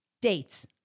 Dates